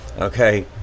Okay